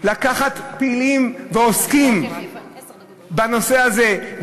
לקחת פעילים ועוסקים בנושא הזה,